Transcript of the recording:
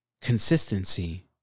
Consistency